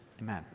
Amen